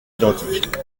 identiques